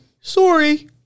sorry